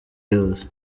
yose